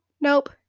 nope